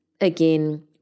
again